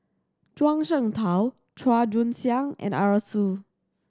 Zhuang Shengtao Chua Joon Siang and Arasu